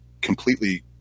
completely